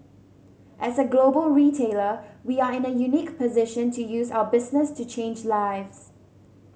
as a global retailer we are in a unique position to use our business to change lives